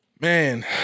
Man